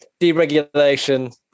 deregulation